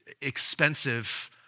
expensive